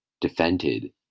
defended